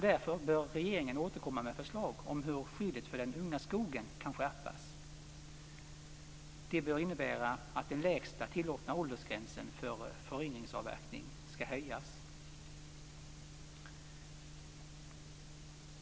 Därför bör regeringen återkomma med förslag om hur skyddet för den unga skogen kan skärpas. Det bör innebära att den lägsta tillåtna åldersgränsen för föryngringsavverkning skall höjas.